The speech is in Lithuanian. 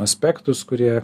aspektus kurie